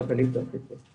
שווה לבדוק את זה.